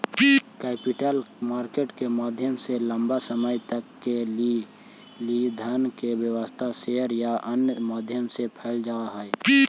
capital market के माध्यम से लंबा समय तक के लिए धन के व्यवस्था शेयर या अन्य माध्यम से कैल जा हई